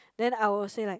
then I will say like